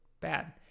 bad